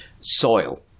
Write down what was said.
soil